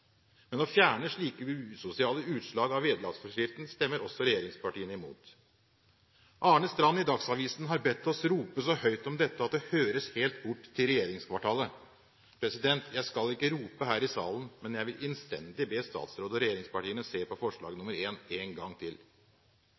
Men å fjerne slike usosiale utslag i vederlagsforskriften stemmer også regjeringspartiene imot. Arne Strand i Dagsavisen har bedt oss rope så høyt om dette at det høres helt bort til regjeringskvartalet. Jeg skal ikke rope her i salen, men jeg vil innstendig be statsråden og regjeringspartiene se på forslag nr. 1 en gang til.